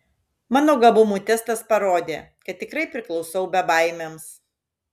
mano gabumų testas parodė kad tikrai priklausau bebaimiams